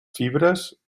fibres